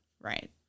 Right